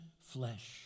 flesh